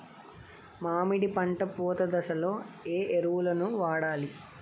మామిడి పంట పూత దశలో ఏ ఎరువులను వాడాలి?